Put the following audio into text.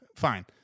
Fine